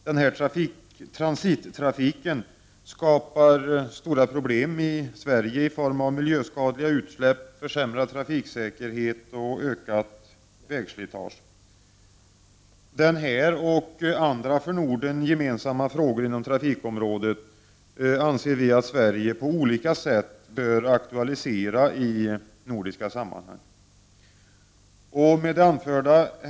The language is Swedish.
Denna transittrafik skapar stora problem i Sverige i form av miljöskadliga utsläpp, försämrad trafiksäkerhet och ökat vägslitage. Dessa och andra för Norden gemensamma frågor inom trafikområdet bör Sverige på olika sätt aktualisera i nordiska sammanhang. Herr talman!